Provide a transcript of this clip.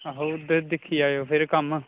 आहो दिक्खी जाएयो फिर कम्म आ